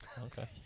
Okay